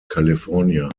california